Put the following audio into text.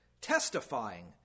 testifying